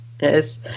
Yes